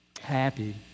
happy